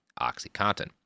OxyContin